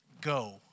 Go